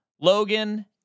Logan